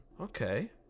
Okay